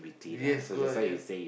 yes correct yeah